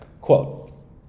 Quote